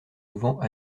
souvent